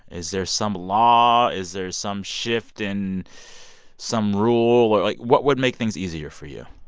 is there some law? is there some shift in some rule, or like, what would make things easier for you?